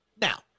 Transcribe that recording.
Now